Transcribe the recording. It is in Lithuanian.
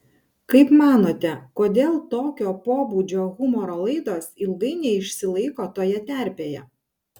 kaip manote kodėl tokio pobūdžio humoro laidos ilgai neišsilaiko toje terpėje